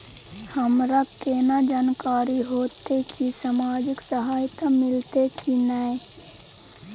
हमरा केना जानकारी होते की सामाजिक सहायता मिलते की नय?